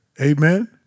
Amen